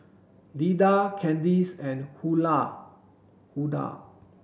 Lida Candace and Hulda